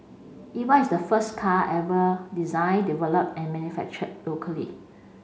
Eva is the first car ever designed developed and manufactured locally